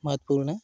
महत्वपूर्ण है